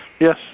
yes